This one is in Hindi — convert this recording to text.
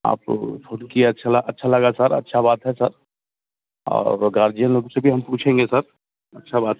आपको फोन किए अच्छा ला अच्छा लगा सर अच्छा बात है सर और गार्जियन लोग से भी हम पूछेंगे सर अच्छा बात है